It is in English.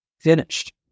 finished